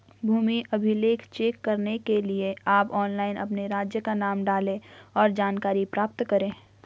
भूमि अभिलेख चेक करने के लिए आप ऑनलाइन अपने राज्य का नाम डालें, और जानकारी प्राप्त करे